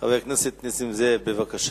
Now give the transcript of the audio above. חבר הכנסת נסים זאב, בבקשה.